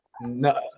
No